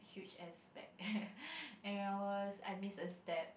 huge ass bag and I was I miss a step